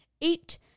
Eight